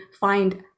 find